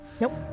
Nope